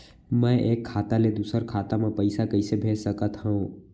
मैं एक खाता ले दूसर खाता मा पइसा कइसे भेज सकत हओं?